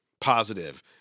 positive